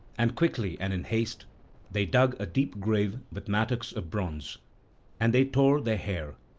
and quickly and in haste they dug a deep grave with mattocks of bronze and they tore their hair,